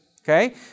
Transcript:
Okay